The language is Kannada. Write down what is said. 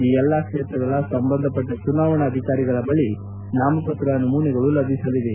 ಈ ಎಲ್ಲಾ ಕ್ಷೇತ್ರಗಳ ಸಂಬಂಧಪಟ್ಟ ಚುನಾವಣಾ ಅಧಿಕಾರಿಗಳ ಬಳಿ ನಾಮಪತ್ರ ನಮೂನೆಗಳು ಲಭಿಸಲಿವೆ